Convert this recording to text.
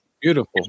Beautiful